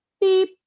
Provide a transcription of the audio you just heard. beep